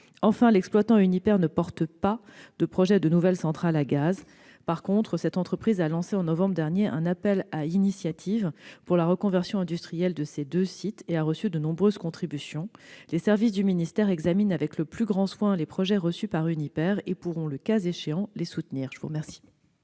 Enfin, l'exploitant Uniper ne porte pas de projet de nouvelle centrale à gaz. En revanche, l'entreprise a lancé en novembre dernier un appel à initiatives pour la reconversion industrielle de ses deux sites, pour lequel elle a reçu de nombreuses contributions. Les services du ministère examinent avec le plus grand soin les projets reçus par Uniper et pourront, le cas échéant, les soutenir. La parole